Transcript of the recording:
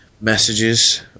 messages